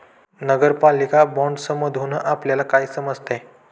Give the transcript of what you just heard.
नगरपालिका बाँडसमधुन आपल्याला काय समजते?